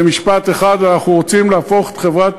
במשפט אחד: אנחנו רוצים להפוך את חברת